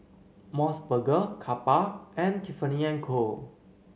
MOS burger Kappa and Tiffany And Co